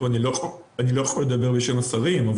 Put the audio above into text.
אני לא יכול לדבר בשם השרים.